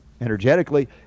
energetically